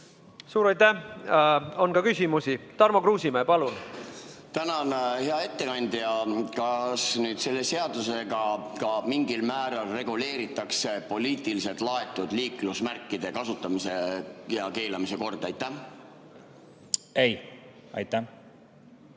Suur aitäh! On ka küsimusi. Tarmo Kruusimäe, palun! Tänan, hea ettekandja! Kas nüüd selle seadusega mingil määral reguleeritakse ka poliitiliselt laetud liiklusmärkide kasutamise ja keelamise korda? Tänan, hea